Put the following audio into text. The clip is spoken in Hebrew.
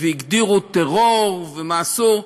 והגדירו טרור ומה אסור.